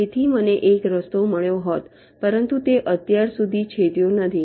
તેથી મને એક રસ્તો મળ્યો હોત પરંતુ તે અત્યાર સુધી છેદ્યો નથી